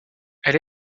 elle